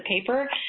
paper